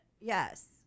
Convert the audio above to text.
Yes